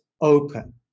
open